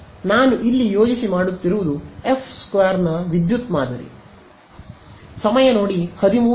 ನಾನು ಇಲ್ಲಿ ಯೋಜಿಸಿ ಮಾಡುತ್ತಿರುವುದು | ಎಫ್ |೨ ನ ವಿದ್ಯುತ್ ಮಾದರಿ